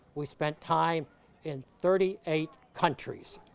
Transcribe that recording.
we spent time in thirty eight countries.